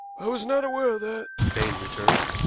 i was not aware of that, baines returned.